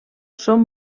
són